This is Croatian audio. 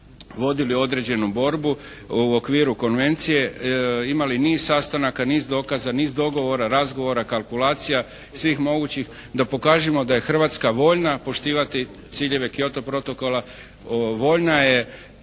vodili određenu borbu u okviru konvencije, imali niz sastanaka, niz dokaza, niz dogovora, razgovora, kalkulacija svih mogućih da pokažemo da je Hrvatska voljna poštivati ciljeve Kyoto protokola. Voljna je